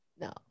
No